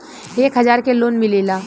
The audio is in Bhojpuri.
एक हजार के लोन मिलेला?